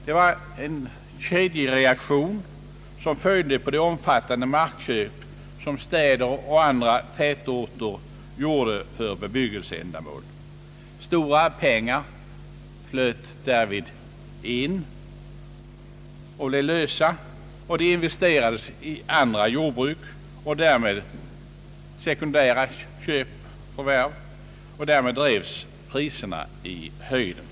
Det var en kedjereaktion som följde på de omfattande markköp som städer och andra tätorter gjorde för bebyggelseändamål. Stora pengar blev därvid lösa och flöt in, och de investerades i andra jordbruk och användes för sekundära köp. Därmed drevs priserna i höjden.